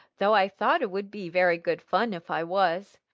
though i thought it would be very good fun if i was.